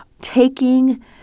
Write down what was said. taking